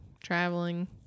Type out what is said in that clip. Traveling